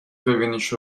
ببینیش